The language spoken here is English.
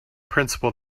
principle